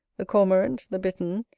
the cormorant, the bittern,